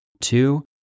two